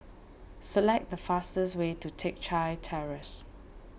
select the fastest way to Teck Chye Terrace